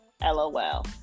LOL